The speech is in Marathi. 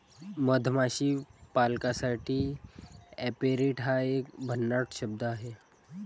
मधमाशी पालकासाठी ऍपेरिट हा एक भन्नाट शब्द आहे